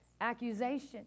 accusation